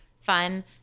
fun